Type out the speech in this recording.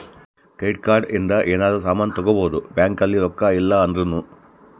credit card ಇಂದ ಯೆನರ ಸಾಮನ್ ತಗೊಬೊದು ಬ್ಯಾಂಕ್ ಅಲ್ಲಿ ರೊಕ್ಕ ಇಲ್ಲ ಅಂದೃನು